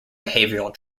behavioral